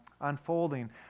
unfolding